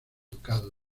ducado